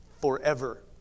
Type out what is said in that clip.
forever